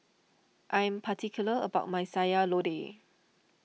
I am particular about my Sayur Lodeh